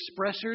expressors